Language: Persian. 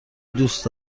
دوست